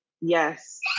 Yes